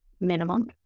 minimum